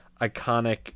iconic